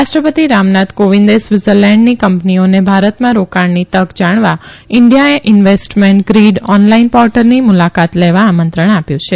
રાષ્ટ્રપતિ રામનાથ કોવિંદે સ્વિત્ઝરલેન્ડની કંપનીઓને ભારતમાં રોકાણની તક જાણવા ઇન્જિયા ઇન્વિસ્ટમેન્ટ ગ્રિડ ઓનલાઈન પોર્ટલની મુલાકાત લેવા આમંત્રણ આપ્યું છે